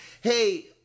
hey